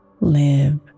Live